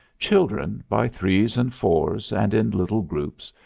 children by threes and fours, and in little groups,